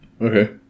Okay